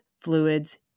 fluids